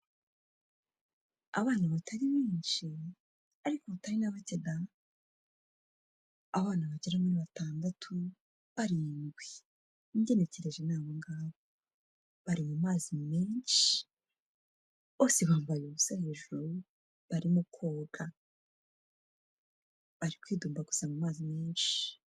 Abana batari benshi ariko batari na bake da, abana bagera muri batandatu barindwi, ugenekereje ni abo ngabo, bari mu mazi menshi bose bambaye ubusa hejuru, barimo koga bari kwidumbaguza mu mazi menshi.